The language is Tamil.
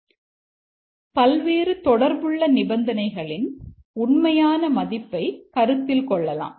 நாம் பல்வேறு தொடர்புள்ள நிபந்தனைகளின் உண்மையான மதிப்பை கருத்தில் கொள்ளலாம்